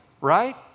right